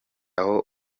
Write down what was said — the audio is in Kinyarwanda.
aho